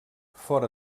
fora